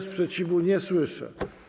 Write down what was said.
Sprzeciwu nie słyszę.